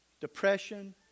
depression